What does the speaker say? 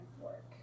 work